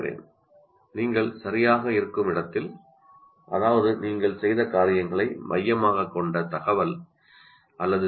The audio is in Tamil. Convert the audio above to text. பதக்கம் கூறுகிறது நீங்கள் சரியாக இருக்கும் இடத்தில் அதாவது நீங்கள் செய்த காரியங்களை மையமாகக் கொண்ட தகவல் அல்லது சி